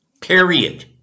Period